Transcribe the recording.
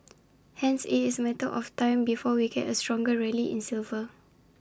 hence IT is A matter of time before we get A stronger rally in silver